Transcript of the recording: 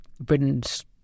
Britain's